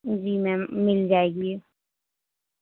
جی ma'am مل جائے گی